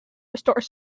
restore